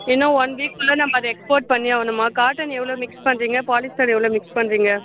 இன்னும் one week குள்ள நம்ம அதை எக்ஸ்போர்ட் பண்ணி ஆகணும்மா காட்டன் எவ்வளோ மிக்ஸ் பண்ணுறீங்க பாலிஸ்டர் எவ்வளோ மிக்ஸ் பண்ணுறீங்க